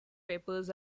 papers